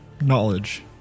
knowledge